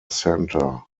centre